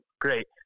great